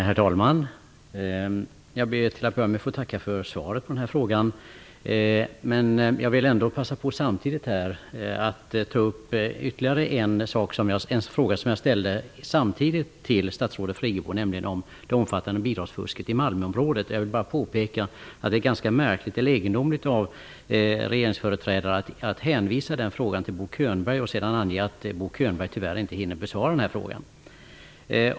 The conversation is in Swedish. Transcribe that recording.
Herr talman! Till en början ber jag att få tacka för svaret på den här frågan. Jag vill också passa på att ta upp ytterligare en fråga som jag ställde samtidigt till statsrådet Friggebo. Den handlade om det omfattande bidragsfusket i Malmöområdet. Det är ganska egendomligt att man hänvisar den frågan till Bo Könberg och sedan anger att han tyvärr inte hinner besvara frågan.